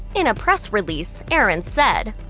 in a press release, erin said,